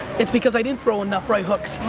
it's because i didn't throw enough right-hooks,